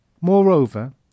Moreover